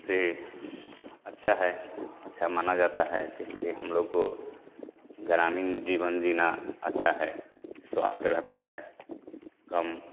से अच्छा है अच्छा माना जाता है क्योंकि हम लोग को ग्रामीण जीवन जीना अच्छा है स्वास्थ्य रहता है